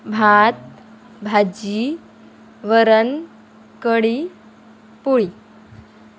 भात भाजी वरण कढी पोळी